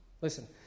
Listen